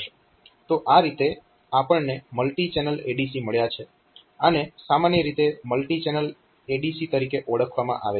તો આ રીતે આપણને મલ્ટી ચેનલ ADC મળ્યા છે આને સામાન્ય રીતે મલ્ટી ચેનલ ADC તરીકે ઓળખવામાં આવે છે